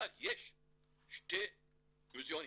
יש שני מוזיאונים,